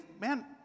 man